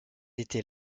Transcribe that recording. était